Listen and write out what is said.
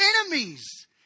enemies